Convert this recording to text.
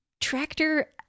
tractor